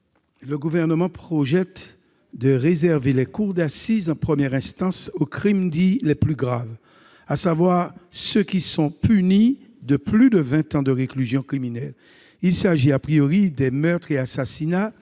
Le Gouvernement projette de réserver la cour d'assises en première instance aux crimes dits « les plus graves », à savoir ceux qui sont punis de plus de vingt ans de réclusion criminelle. Il s'agit des meurtres et assassinats,